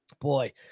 boy